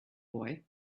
boy